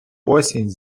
осінь